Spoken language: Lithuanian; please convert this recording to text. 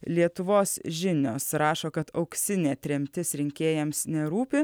lietuvos žinios rašo kad auksinė tremtis rinkėjams nerūpi